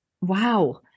Wow